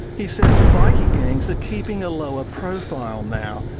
he says the bikie gangs are keeping a lower profile now,